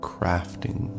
Crafting